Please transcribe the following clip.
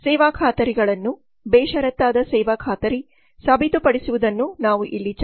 ಸೇವಾ ಖಾತರಿಗಳನ್ನು ಬೇಷರತ್ತಾದ ಸೇವಾ ಖಾತರಿ ಸಾಬೀತುಪಡಿಸುವುದನ್ನು ನಾವು ಇಲ್ಲಿ ಚರ್ಚಿಸುತ್ತೇವೆ